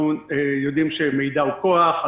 אנחנו יודעים שמידע הוא כוח.